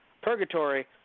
purgatory